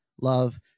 love